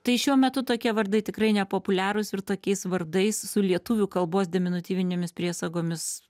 tai šiuo metu tokie vardai tikrai nepopuliarūs ir tokiais vardais su lietuvių kalbos deminutyviniomis priesagomis